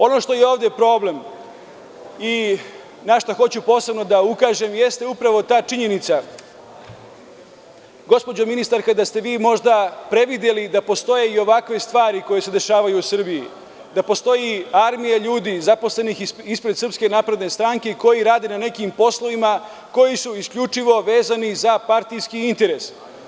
Ono što je ovde problem i na šta hoću posebno da ukažem, jeste upravo ta činjenica, gospođo ministarka, da ste vi možda prevideli da postoje i ovakve stvari koje se dešavaju u Srbiji, da postoji armija ljudi zaposlenih ispred SNS-a, koji rade na nekim poslovima koji su isključivo vezani za partijski interes.